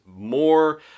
more